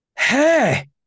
Hey